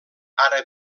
ara